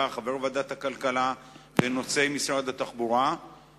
וחבר ועדת הכלכלה בנושאי משרד התחבורה.